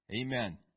Amen